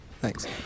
Thanks